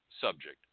subject